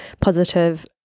positive